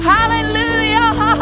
Hallelujah